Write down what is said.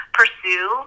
pursue